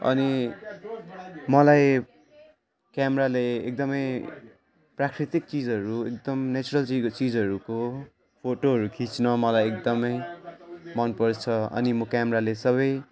अनि मलाई क्यामेराले एकदमै प्राकृतिक चिजहरू एकदम नेचरल चिजहरूको फोटोहरू खिच्न मलाई एकदमै मनपर्छ अनि म क्यामेराले सबै